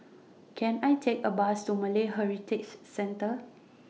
Can I Take A Bus to Malay Heritage Centre